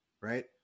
Right